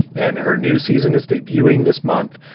and her new season is debuting this month.